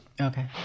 Okay